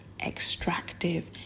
extractive